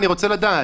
אני רוצה לדעת.